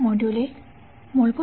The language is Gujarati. નમસ્કાર